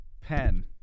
pen